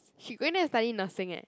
she going there to study nursing eh